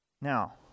Now